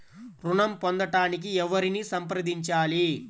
ఋణం పొందటానికి ఎవరిని సంప్రదించాలి?